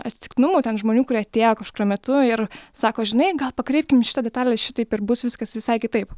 atsitiktinumų ten žmonių kurie atėjo kažkuriuo metu ir sako žinai gal pakreipkim šitą detalę šitaip ir bus viskas visai kitaip